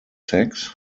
sex